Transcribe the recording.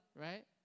right